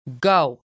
go